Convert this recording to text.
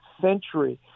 century